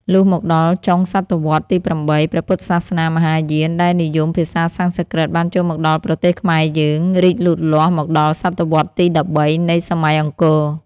លុះមកដល់ចុងស.វ. ទី៨ ព្រះពុទ្ធសាសនាមហាយានដែលនិយមភាសាសំស្ក្រឹតបានចូលមកដល់ប្រទេសខ្មែរយើង រីកលូតលាស់មកដល់ ស.វ.ទី ១៣ នៃសម័យអង្គរ ។